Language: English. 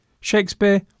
Shakespeare